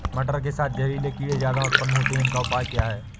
मटर के साथ जहरीले कीड़े ज्यादा उत्पन्न होते हैं इनका उपाय क्या है?